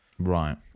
Right